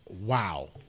wow